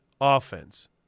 offense